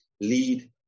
lead